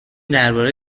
درباره